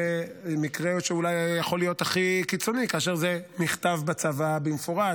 המקרה שאולי יכול להיות הכי קיצוני: כאשר זה נכתב בצוואה במפורש